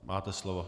Máte slovo.